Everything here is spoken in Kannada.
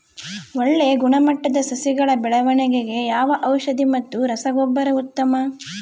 ಒಳ್ಳೆ ಗುಣಮಟ್ಟದ ಸಸಿಗಳ ಬೆಳವಣೆಗೆಗೆ ಯಾವ ಔಷಧಿ ಮತ್ತು ರಸಗೊಬ್ಬರ ಉತ್ತಮ?